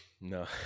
No